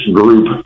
group